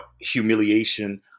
humiliation